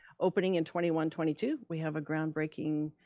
opening in twenty one twenty two. we have a groundbreaking,